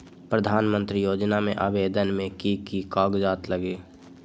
प्रधानमंत्री योजना में आवेदन मे की की कागज़ात लगी?